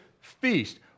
feast